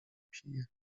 pije